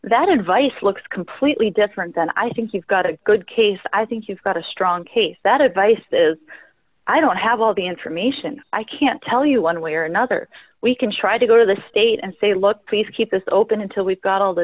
that advice looks completely different then i think you've got a good case i think you've got a strong case that advice is i don't have all the information i can't tell you one way or another we can try to go to the state and say look please keep us open until we've got all the